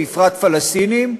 בפרט פלסטינים,